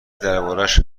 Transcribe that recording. دربارهاش